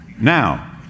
Now